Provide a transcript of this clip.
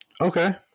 Okay